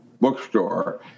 bookstore